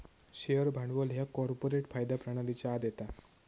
share भांडवल ह्या corporate कायदा प्रणालीच्या आत येता